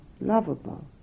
lovable